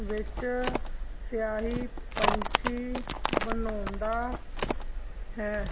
ਵਿੱਚ ਸਿਆਹੀ ਪੰਛੀ ਬਣਾਉਂਦਾ ਹੈ